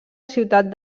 ciutat